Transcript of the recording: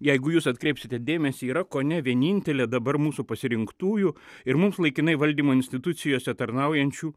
jeigu jūs atkreipsite dėmesį yra kone vienintelė dabar mūsų pasirinktųjų ir mums laikinai valdymo institucijose tarnaujančių